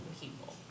people